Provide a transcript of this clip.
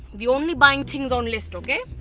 we only buying things on list, okay?